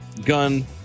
gun